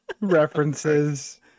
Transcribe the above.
references